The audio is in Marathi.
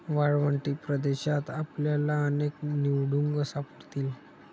वाळवंटी प्रदेशात आपल्याला अनेक निवडुंग सापडतील